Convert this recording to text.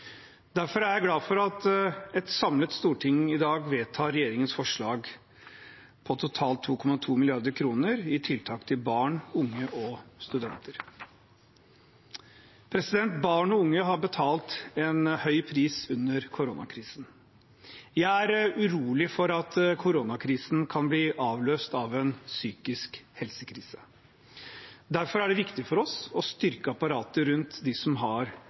Derfor er jeg glad for at et samlet storting i dag vedtar regjeringens forslag på totalt 2,2 mrd. kr til tiltak for barn, unge og studenter. Barn og unge har betalt en høy pris under koronakrisen. Jeg er urolig for at koronakrisen kan bli avløst av en psykisk helsekrise. Derfor er det viktig for oss å styrke apparatet rundt dem som har